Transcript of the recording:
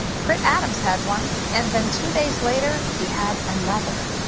prit adams had one, and then two days later he had another.